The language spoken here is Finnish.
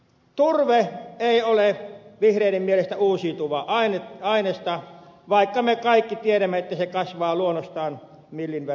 turve ei ole vihreiden mielestä uusiutuvaa ainesta vaikka me kaikki tiedämme että se kasvaa luonnostaan millin verran vuodessa